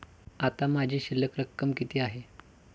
आता माझी शिल्लक रक्कम किती आहे?